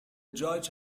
judge